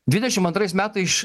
dvidešimt antrais metais